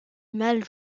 mal